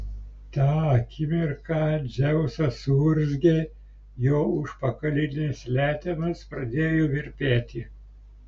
tą akimirką dzeusas suurzgė jo užpakalinės letenos pradėjo virpėti